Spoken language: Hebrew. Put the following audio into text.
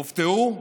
הופתעו,